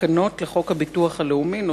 תקנות לחוק הביטוח הלאומי ,